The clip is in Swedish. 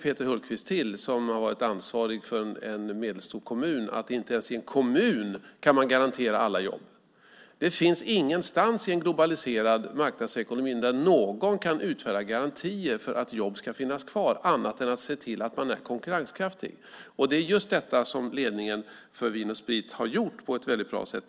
Peter Hultqvist, som har varit ansvarig för en medelstor kommun, känner till att man inte ens i en kommun kan garantera alla jobb. Ingen i en globaliserad marknadsekonomi kan någonstans utfärda garantier för att jobb ska finnas kvar, annat än att se till att man är konkurrenskraftig. Det är just detta som ledningen för Vin & Sprit har gjort på ett väldigt bra sätt.